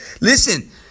Listen